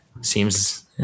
seems